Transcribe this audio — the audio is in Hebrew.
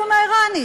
האיום האיראני.